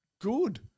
good